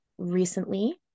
Recently